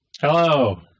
Hello